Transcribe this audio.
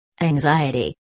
Anxiety